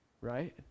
right